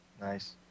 Nice